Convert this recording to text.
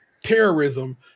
terrorism